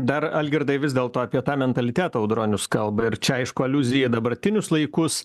dar algirdai vis dėlto apie tą mentalitetą audronius kalba ir čia aišku aliuzija į dabartinius laikus